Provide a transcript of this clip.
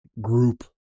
group